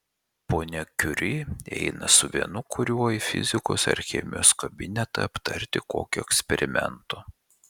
ponia kiuri eina su vienu kuriuo į fizikos ar chemijos kabinetą aptarti kokio eksperimento